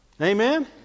Amen